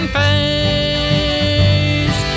face